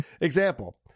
example